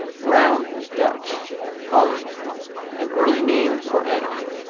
round dutch holland an early name for edam.